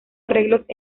arreglos